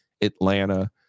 Atlanta